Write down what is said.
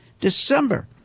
December